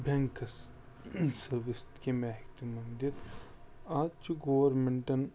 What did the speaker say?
banks service کَمہِ آیہِ ہیٚکہِ تِمن دِتھ اتھ چھُ گورمِنٛٹن